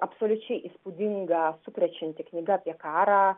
absoliučiai įspūdinga sukrečianti knyga apie karą